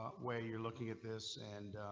where you're looking at this and.